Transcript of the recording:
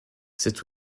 cet